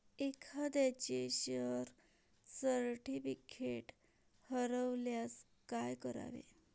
एखाद्याचे share certificate हरवल्यास काय करावे?